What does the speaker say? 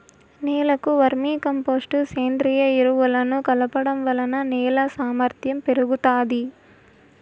నేలకు vermicompost, సేంద్రీయ ఎరువులను కలపడం వలన నేల సామర్ధ్యం పెరుగుతాది